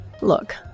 Look